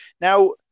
Now